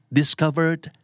discovered